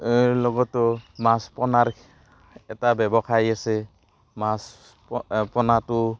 লগতো মাছ পোনাৰ এটা ব্যৱসায় আছে মাছ প পোনাটো